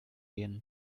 gehen